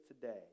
today